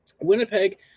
Winnipeg